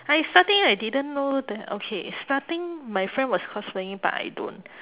I starting I didn't know th~ okay starting my friend was cosplaying but I don't